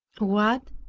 what,